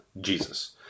Jesus